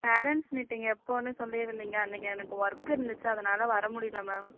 parents meeting எப்போதுன்னு சொல்லியிருந்திங்க அன்றைக்கி எனக்கு ஒர்க் இருந்துச்சு அதனால் வர முடியல மேம்